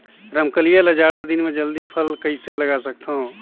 रमकलिया ल जाड़ा दिन म जल्दी फल कइसे लगा सकथव?